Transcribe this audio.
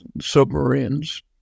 submarines